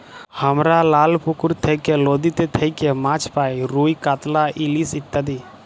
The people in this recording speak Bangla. হামরা লালা পুকুর থেক্যে, লদীতে থেক্যে মাছ পাই রুই, কাতলা, ইলিশ ইত্যাদি